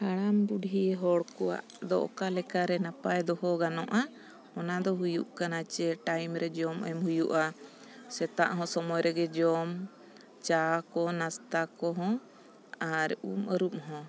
ᱦᱟᱲᱟᱢ ᱵᱩᱰᱷᱤ ᱦᱚᱲ ᱠᱚᱣᱟᱜ ᱫᱚ ᱚᱠᱟ ᱞᱮᱠᱟᱨᱮ ᱱᱟᱯᱟᱭ ᱫᱚᱦᱚ ᱜᱟᱱᱚᱜᱼᱟ ᱚᱱᱟ ᱫᱚ ᱦᱩᱭᱩᱜ ᱠᱟᱱᱟ ᱡᱮ ᱴᱟᱭᱤᱢ ᱨᱮ ᱡᱚᱢ ᱮᱢ ᱦᱩᱭᱩᱜᱼᱟ ᱥᱮᱛᱟᱜ ᱦᱚᱸ ᱥᱳᱢᱚᱭ ᱨᱮᱜᱮ ᱡᱚᱢ ᱪᱟ ᱠᱚ ᱱᱟᱥᱛᱟ ᱠᱚᱦᱚᱸ ᱟᱨ ᱩᱢ ᱟᱹᱨᱩᱵ ᱦᱚᱸ